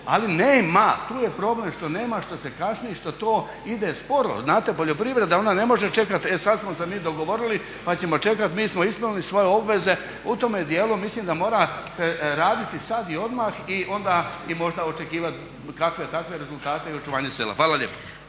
Ali nema, tu je problem što nema, što se kasni, što to ide sporo. Znate poljoprivreda ona ne može čekati e sada smo se mi dogovoriti pa ćemo čekati, mi smo ispunili svoje obveze u tome dijelu, mislim da mora se raditi sada i odmah i onda, i možda očekivati kakve takve rezultate i očuvanje sela. Hvala lijepo.